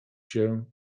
się